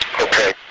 Okay